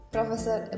Professor